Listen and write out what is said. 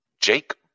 Jake